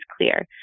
clear